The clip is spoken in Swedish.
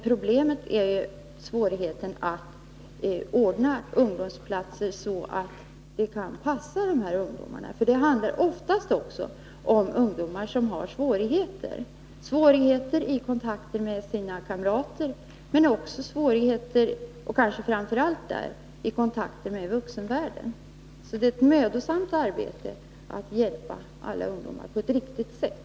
Problemet är svårigheten att ordna ungdomsplatser, så att de kan passa ungdomarna. Det handlar nämligen ofta om ungdomar som har svårigheter — svårigheter i kontakten med sina kamrater men också svårigheter i kontakten med vuxenvärlden — och kanske framför allt där. Det är alltså ett mödosamt arbete att hjälpa alla ungdomar på ett riktigt sätt.